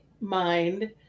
mind